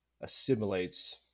assimilates